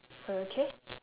okay